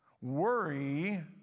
Worry